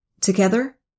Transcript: Together